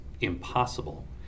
impossible